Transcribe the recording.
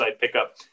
pickup